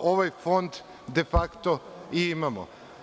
ovaj fond defakto i imamo.